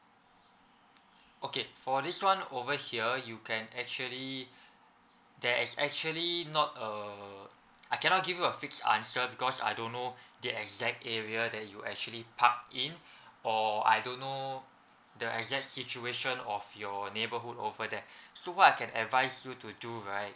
okay for this one over here you can actually there is actually not uh I cannot give you a fix answer because I don't know the exact area that you actually park in or I don't know the exact situation of your neighborhood over there so what I can advise you to do right